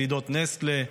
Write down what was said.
גלידות נסטלה,